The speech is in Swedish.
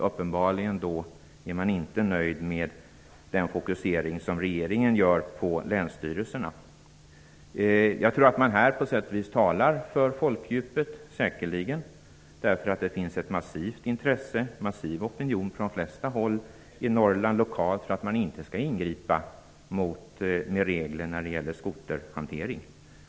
Uppenbarligen är man inte nöjd med den fokusering som regeringen gör på länsstyrelserna. Jag tror att man i detta avseende på sätt och vis talar för folkdjupet. Det finns nämligen en massiv opinion på de flesta håll i Norrland för att man inte skall ingripa med regler när det gäller skoterhanteringen.